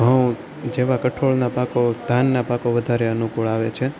ઘઉં જેવા કઠોળના પાકો ધાનના પાકો વધારે અનુકૂળ આવે છે